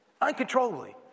uncontrollably